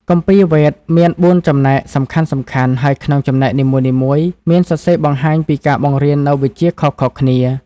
គម្ពីរ វេទ មាន ៤ ចំណែកសំខាន់ៗ ហើយក្នុងចំណែកនីមួយៗមានសរសេរបង្ហាញពីការបង្រៀននូវវិជ្ជាខុសៗគ្នា។